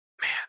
man